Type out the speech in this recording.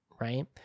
right